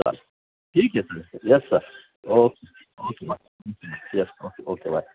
चालेल ठीक आहे sir yes sir okay okay bye okay bye yes okay okay bye